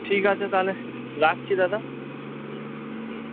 ঠিক আছে তাহলে রাখছি দাদা হুম হুম